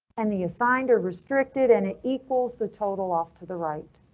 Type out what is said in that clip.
and the assigned or restricted and it equals the total off to the right.